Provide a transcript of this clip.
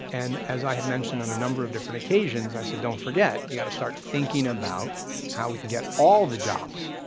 and as i had mentioned on a number of different occasions, i said, don't forget, you gotta start thinking about how we can get all the jobs,